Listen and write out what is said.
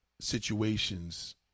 situations